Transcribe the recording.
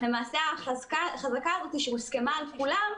למעשה החזקה הזאת שהוסכמה על כולם,